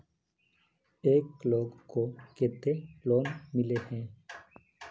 एक लोग को केते लोन मिले है?